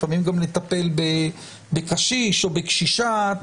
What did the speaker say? לפעמים גם לטפל בקשיש או בקשישה.